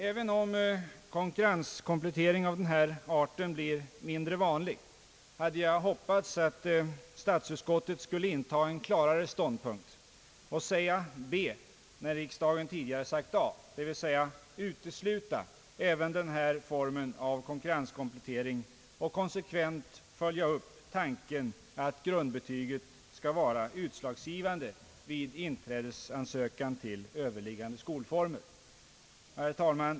Även om konkurrenskomplettering av denna art blir mindre vanlig, hade jag hoppats att statsutskottet skulle inta en klarare ståndpunkt och säga B när riksdagen tidigare har sagt A, dvs. utesluta även denna form av konkurrenskomplettering och konsekvent följa upp tanken att grundbetyget skall vara utslagsgivande vid inträdesansökan till överliggande skolformer. Herr talman!